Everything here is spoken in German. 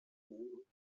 und